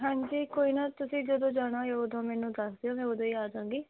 ਹਾਂਜੀ ਕੋਈ ਨਾ ਤੁਸੀਂ ਜਦੋਂ ਜਾਣਾ ਹੋਏ ਉਦੋਂ ਮੈਨੂੰ ਦੱਸ ਦਿਓ ਮੈਂ ਉਦੋਂ ਹੀ ਆ ਜਾਂਗੀ